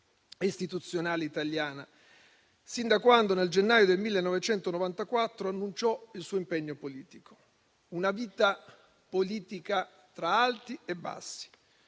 istituzionale italiana, sin da quando nel gennaio del 1994 annunciò il suo impegno politico. Una vita politica tra alti e bassi,